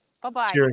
Bye-bye